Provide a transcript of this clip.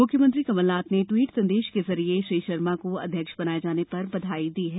मुख्यमंत्री कमलनाथ ने ट्वीट संदेश के जरिए श्री शर्मा को अध्यक्ष बनाये जाने पर बधाई दी है